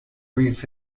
brief